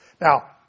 Now